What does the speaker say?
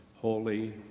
holy